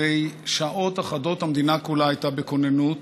אחרי שעות אחדות המדינה כולה הייתה בכוננות